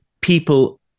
people